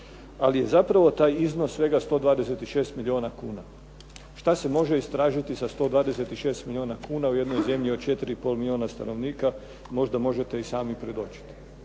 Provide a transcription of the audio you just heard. ali je zapravo taj iznos svega 126 milijuna kuna. Šta se može istražiti sa 126 milijuna kuna u jednoj zemlji od 4 i pol milijuna stanovnika možda možete i sami predočiti.